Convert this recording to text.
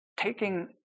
taking